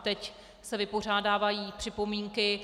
Teď se vypořádávají připomínky.